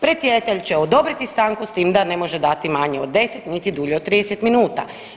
Predsjedatelj će odobriti stanku s tim da ne može dati manje od 10 niti dulje od 30 minuta.